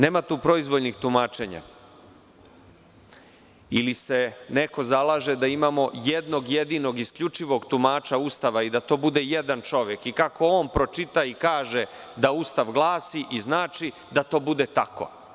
Nema tu proizvoljnih tumačenja ili se neko zalaže da imamo jednog jedinog isključivog tumača Ustava i da to bude jedan čovek i kako on pročita i kaže da Ustav glasi i znači da to bude tako.